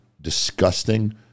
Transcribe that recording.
disgusting